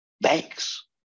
Banks